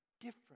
different